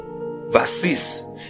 Verses